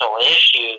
issues